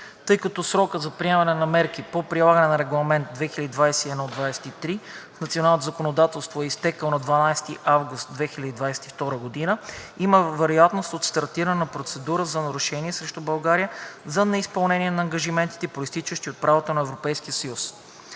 Тъй като срокът за приемането на мерки по прилагането на Регламент (ЕС) 2021/23 в националното законодателство е изтекъл на 12 август 2022 г., има вероятност от стартиране на процедура за нарушение срещу България за неизпълнение на ангажиментите, произтичащи от правото на Европейския съюз.